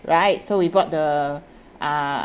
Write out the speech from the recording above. right so we bought the uh